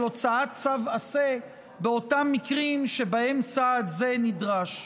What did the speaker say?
הוצאת צו עשה באותם מקרים שבהם סעד זה נדרש.